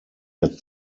der